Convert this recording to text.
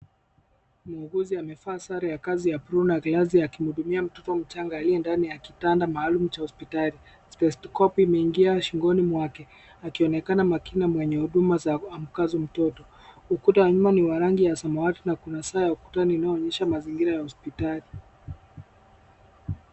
Muuguzi amevaa sare ya kazi ya buluu na viazi akimhudumia mtoto mchanga aliye ndani ya kitanda maalum cha hospitali. Stethoskopu imeingia shingoni mwake akionekana makini na mwenye huduma za uamkazo mtoto. Ukuta wa nyuma ni wa rangi ya samawati na kuna saa ya ukutani inayoonyesha mazingira ya hospitali.